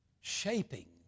Shaping